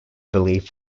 believed